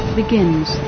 begins